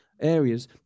areas